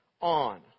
on